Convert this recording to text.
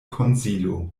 konsilo